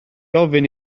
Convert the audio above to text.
ofyn